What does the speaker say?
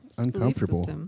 Uncomfortable